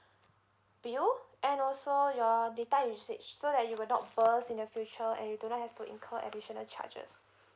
bill and also your data usage so that you will not burst in the future and you do not have to incur additional charges